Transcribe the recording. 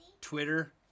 Twitter